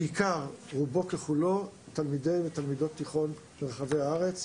רובו ככולו תלמידי תיכון מכל רחבי הארץ.